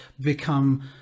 become